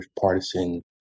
partisan